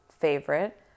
favorite